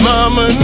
Mama